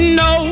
no